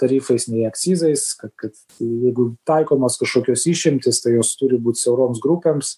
tarifais nei akcizais kad kad jeigu taikomos kažkokios išimtys tai jos turi būti siauroms grupėms